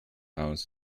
aus